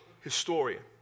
historian